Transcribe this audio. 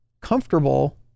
comfortable